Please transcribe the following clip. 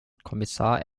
kommissar